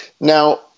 now